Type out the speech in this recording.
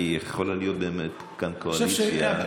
כי יכולה להיות כאן קואליציה,